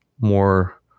more